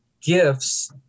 gifts